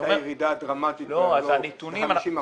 הייתה ירידה דרמטית של 50 אחוזים.